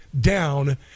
down